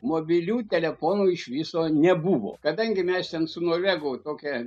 mobilių telefonų iš viso nebuvo kadangi mes su norvegų tokia